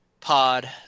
pod